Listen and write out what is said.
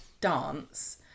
dance